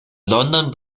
london